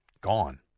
gone